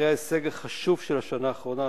אחרי ההישג החשוב של השנה האחרונה,